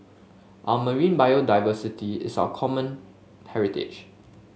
our marine biodiversity is our common heritage